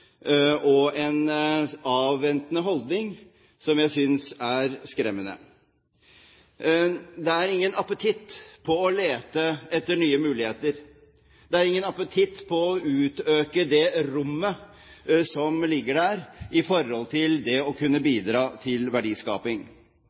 det en selvtilfredshet og en avventende holdning som jeg synes er skremmende. Det er ingen appetitt på å lete etter nye muligheter. Det er ingen appetitt på å utøke det rommet som ligger der for å kunne